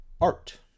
Art